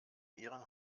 ihren